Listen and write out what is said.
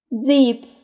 Zip